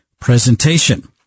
presentation